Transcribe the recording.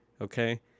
Okay